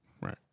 right